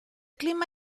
clima